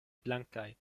blankaj